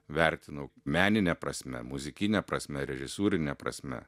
vertinu menine prasme muzikine prasme režisūrine prasme